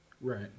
Right